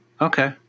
okay